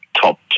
top